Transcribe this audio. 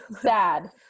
sad